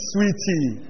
Sweetie